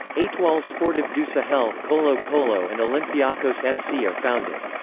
etoile sportive du sahel, colo-colo and olympiacos f c. are founded.